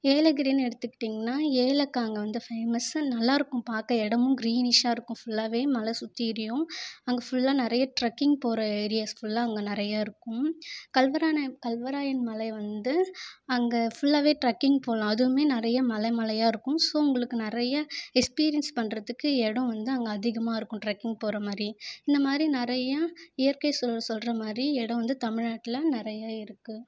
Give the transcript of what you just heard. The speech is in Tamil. ஏலகிரின்னு எடுத்துக்கிட்டிங்கன்னா ஏலக்காய் அங்கே வந்து ஃபேமஸூ நல்லாருக்கும் பார்க்க இடமு கிரீனிஸாக இருக்கும் ஃபுல்லாகவே மலை சுற்றியிடியும் அங்கே ஃபுல்லாக நிறைய ட்ரக்கிங் போகற ஏரியாஸ் ஃபுல்லாக அங்கே நிறைய இருக்கும் கல்வரான கல்வராயன் மலையை வந்து அங்கே ஃபுல்லாகவே ட்ரக்கிங் போகலாம் அதுவுமே நிறைய மலை மலையாக இருக்கும் ஸோ உங்களுக்கு நிறைய எக்ஸ்பீரியன்ஸ் பண்ணுறதுக்கு இடம் வந்து அங்கே அதிகமாக இருக்கும் ட்ரக்கிங் போகறமாரி இன்ன மாரி நிறையா இயற்கை சொ சொல்ற மாரி இடம் வந்து தமிழ்நாட்டில நிறைய இருக்கும்